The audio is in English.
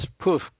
poof